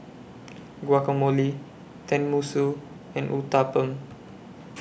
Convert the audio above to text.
Guacamole Tenmusu and Uthapam